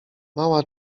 mała